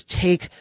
take